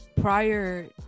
prior